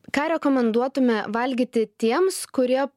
ką rekomenduotume valgyti tiems kurie